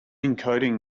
encoding